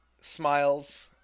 smiles